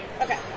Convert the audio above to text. Okay